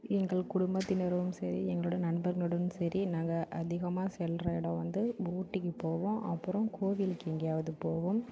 எங்கள் குடும்பத்தினரும் சரி எங்களுடன் நண்பர்களுடன் சரி நாங்கள் அதிகமாக செல்கிற இடம் வந்து ஊட்டிக்கு போவோம் அப்புறம் கோவிலுக்கு எங்கேயாவுது போவோம்